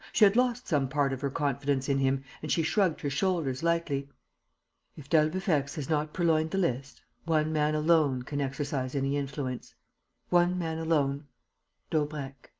she had lost some part of her confidence in him and she shrugged her shoulders lightly if d'albufex has not purloined the list, one man alone can exercise any influence one man alone daubrecq.